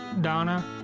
Donna